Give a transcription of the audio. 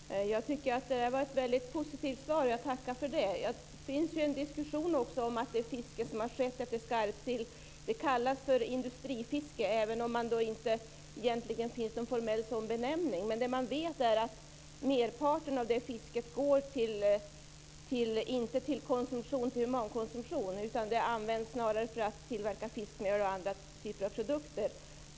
Fru talman! Jag tycker att det var ett väldigt positivt svar, och jag tackar för det. Det finns också en diskussion om att det fiske som har skett efter skarpsill kallas industrifiske, även om det egentligen inte finns någon formell sådan benämning. Man vet att merparten av det fisket inte går till humankonsumtion utan snarare används för att tillverka fiskmjöl och andra typer av produkter.